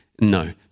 No